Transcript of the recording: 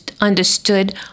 understood